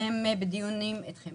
שהם בדיונים איתכם,